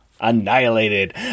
annihilated